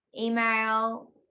Email